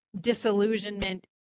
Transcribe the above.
disillusionment